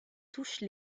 touche